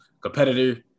competitor